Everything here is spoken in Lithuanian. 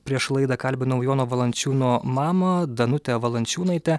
prieš laidą kalbinau jono valančiūno mamą danutę valančiūnaitę